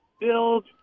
build